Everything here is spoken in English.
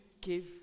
give